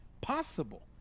possible